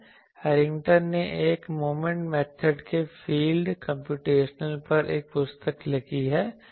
Harrington ने एक moment method के फील्ड कम्प्यूटेशन पर एक पुस्तक लिखी है